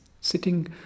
sitting